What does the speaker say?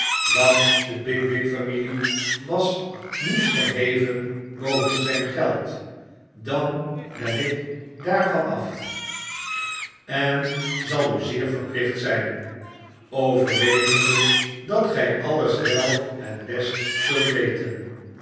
want de bigwig familie was niet verheven boven zyn geld dan ben ik daarvan af en zal u zeer verplicht zijn overwegende dat gij alles wel het best zult weten